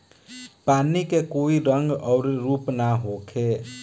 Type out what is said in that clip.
पानी के कोई रंग अउर रूप ना होखें